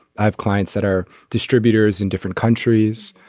i have clients that are distributors in different countries.